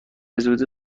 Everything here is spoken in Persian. زودی